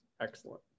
Excellent